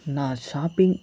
నా షాపింగ్